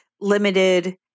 limited